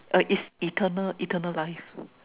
ah is eternal eternal life